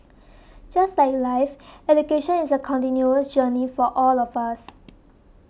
just like life education is a continuous journey for all of us